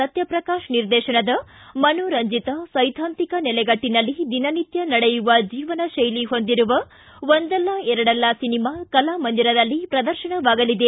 ಸತ್ಯಪ್ರಕಾಶ್ ನಿರ್ದೇಶನದ ಮನೋರಂಜಿತ ಸೈದ್ದಾಂತಿಕ ನೆಲಗಟ್ಟಿನಲ್ಲಿ ದಿನನಿತ್ಯ ನಡೆಯುವ ಜೀವನ ಶೈಲಿ ಹೊಂದಿರುವ ಒಂದಲ್ಲಾ ಎರಡಲ್ಲಾ ಸಿನಿಮಾ ಕಲಾಮಂದಿರದಲ್ಲಿ ಪ್ರದರ್ಶನವಾಗಲಿದೆ